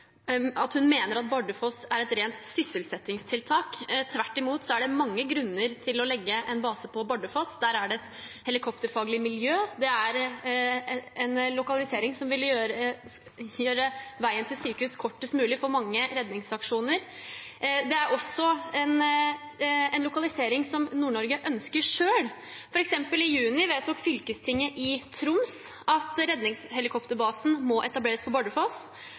at hun mener at Bardufoss er et rent sysselsettingstiltak. Tvert imot er det mange grunner til å legge en base på Bardufoss. Der er det et helikopterfaglig miljø. Det er en lokalisering som ville gjøre veien til sykehus kortest mulig for mange redningsaksjoner. Det er også en lokalisering som Nord-Norge ønsker selv, f.eks. vedtok fylkestinget i Troms i juni at redningshelikopterbasen må etableres på Bardufoss.